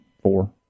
four